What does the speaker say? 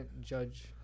judge